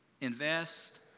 invest